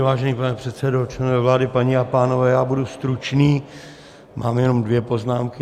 Vážený pane předsedo, členové vlády, paní a pánové, já budu stručný, mám jenom dvě poznámky.